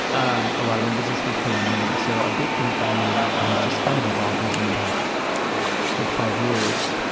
um a lot of emphasis was put on money, so a big thing for me that has just kind of evolved within the past like five years,